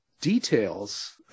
details